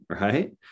Right